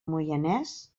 moianès